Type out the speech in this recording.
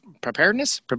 preparedness